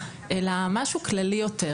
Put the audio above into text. אלא משהו כללי יותר,